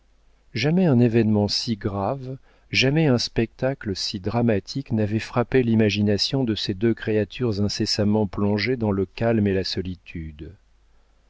jamais un événement si grave jamais un spectacle si dramatique n'avait frappé l'imagination de ces deux créatures incessamment plongées dans le calme et la solitude